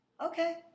Okay